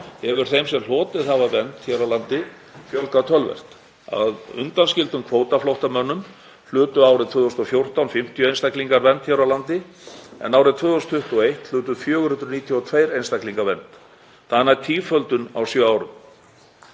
hefur þeim sem hlotið hafa vernd hér á landi fjölgað töluvert. Að undanskildum kvótaflóttamönnum hlutu árið 2014 50 einstaklingar vernd hér á landi en árið 2021 hlutu 492 einstaklingar vernd. Það er nær tíföldun á sjö árum.